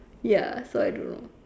ya so I don't know